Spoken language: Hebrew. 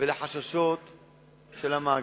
ולחששות מהמאגר.